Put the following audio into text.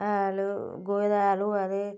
हैल गोहे दा हैल होए ते